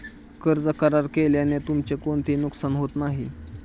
कर्ज करार केल्याने तुमचे कोणतेही नुकसान होत नाही